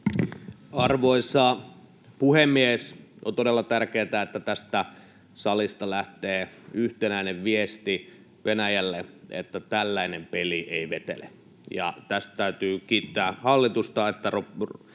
Arvoisa puhemies! On todella tärkeätä, että tästä salista lähtee yhtenäinen viesti Venäjälle, että tällainen peli ei vetele, ja tästä täytyy kiittää hallitusta,